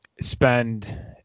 spend